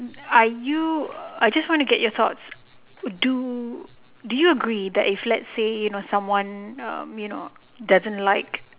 are you I just want to get your thoughts do did you agree that let's say if someone you know doesn't like